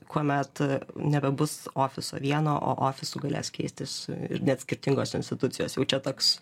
kuomet nebebus ofiso vieno o ofisu galės keistis net skirtingos institucijos jau čia toks